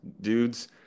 dudes